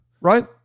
right